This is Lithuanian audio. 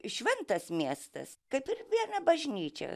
šventas miestas kaip ir viena bažnyčia